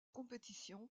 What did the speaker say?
compétition